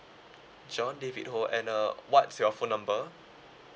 john david ho and uh what's your phone number